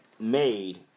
Made